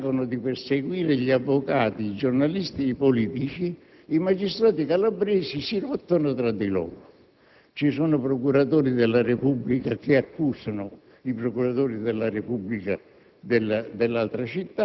quando si stancano di perseguire gli avvocati, i giornalisti e i politici, i magistrati calabresi si accusano tra di loro. Vi sono procuratori della Repubblica di una città che accusano i procuratori della Repubblica